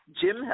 Jim